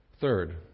Third